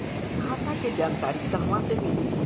खाता के जानकारी कहवा से मिली?